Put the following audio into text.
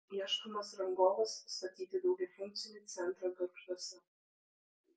ieškomas rangovas statyti daugiafunkcį centrą gargžduose